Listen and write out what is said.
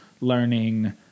learning